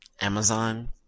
Amazon